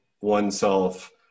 oneself